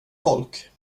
folk